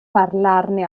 parlarne